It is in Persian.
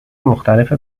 مختلف